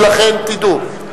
ולכן תדעו.